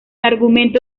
argumento